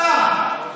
אתה,